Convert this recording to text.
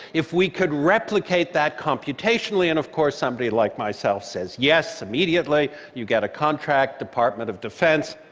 if we could replicate that computationally, and of course somebody like myself says yes. immediately, you get a contract, department of defense,